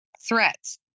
threats